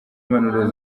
impanuro